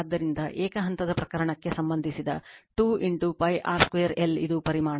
ಆದ್ದರಿಂದ ಏಕ ಹಂತದ ಪ್ರಕರಣಕ್ಕೆ ಸಂಬಂಧಿಸಿದ 2 pi r 2l ಇದು ಪರಿಮಾಣ